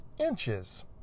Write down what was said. inches